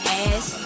ass